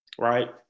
Right